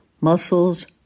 muscles